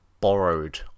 borrowed